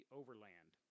overland